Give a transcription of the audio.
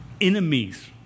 enemies